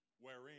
wherein